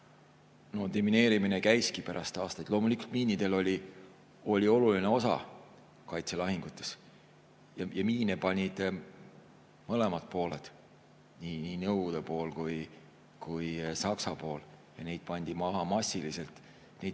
No demineerimine käiski pärast aastaid. Loomulikult, miinidel oli oluline osa kaitselahingutes. Miine panid mõlemad pooled, nii Nõukogude pool kui ka Saksa pool, ja neid pandi maha massiliselt. Neid